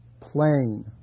plain